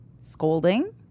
scolding